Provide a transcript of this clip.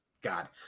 God